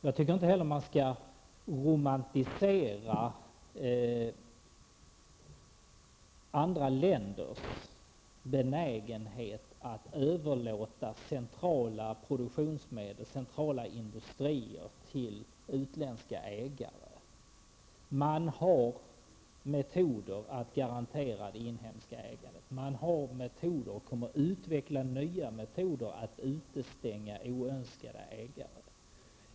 Jag tycker inte heller att man skall romantisera andra länders benägenhet att överlåta centrala industrier till utländska ägare. De har metoder att garantera det inhemska ägandet, de har metoder och kommer att utveckla nya metoder att utestänga oönskade ägare.